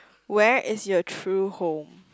where is your true home